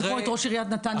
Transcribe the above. ואת ראש עיריית נתניה.